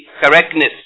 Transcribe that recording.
correctness